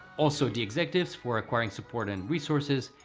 also, the executives for acquiring support and resources,